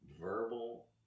verbal